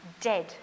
dead